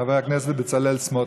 חבר הכנסת בצלאל סמוטריץ.